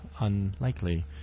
unlikely